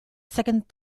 second